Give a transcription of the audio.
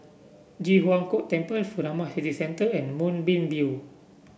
Ji Huang Kok Temple Furama City Centre and Moonbeam View